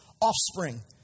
offspring